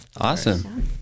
Awesome